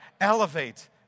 elevate